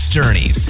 journeys